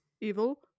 evil